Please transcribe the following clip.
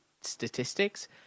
statistics